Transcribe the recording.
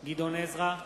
גדעון עזרא,